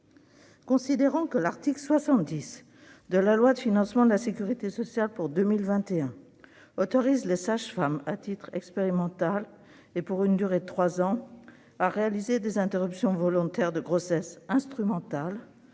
Considérant que l'article 70 de la loi de financement de la sécurité sociale pour 2021 autorise les sages-femmes, à titre expérimental et pour une durée de trois ans, à réaliser des interruptions volontaires de grossesse instrumentales